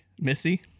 Missy